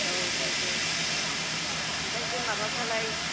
औ दे दे ओमफ्राय बे माबाफ्रालाय